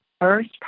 first